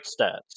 stats